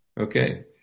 Okay